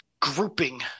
grouping